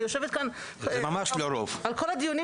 אני יושבת כאן בכל הדיונים,